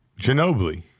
Ginobili